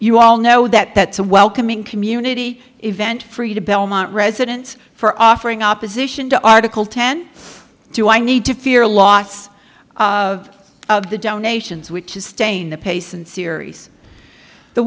you all know that that's a welcoming community event for you to belmont residents for offering opposition to article ten do i need to fear loss of the donations which is staying the pace and series the